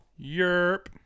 Yerp